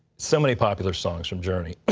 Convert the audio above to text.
so many popular songs from journey,